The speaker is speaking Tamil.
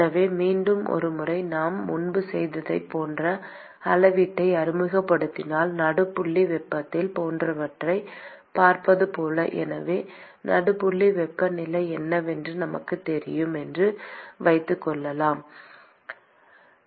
எனவே மீண்டும் ஒருமுறை நாம் முன்பு செய்ததைப் போன்ற அளவீட்டை அறிமுகப்படுத்தினால் நடுப்புள்ளி வெப்பநிலை போன்றவற்றைப் பார்ப்பது போல எனவே நடுப்புள்ளி வெப்பநிலை என்னவென்று நமக்குத் தெரியும் என்று வைத்துக்கொள்வோம்